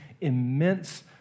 immense